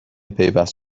پیوست